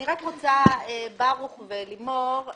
לימור וברוך,